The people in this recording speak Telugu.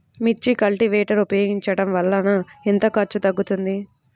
మిర్చి కల్టీవేటర్ ఉపయోగించటం వలన ఎంత ఖర్చు తగ్గుతుంది?